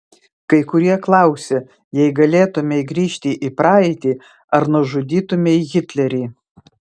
kai kurie klausia jei galėtumei grįžti į praeitį ar nužudytumei hitlerį